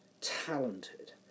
talented